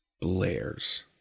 blares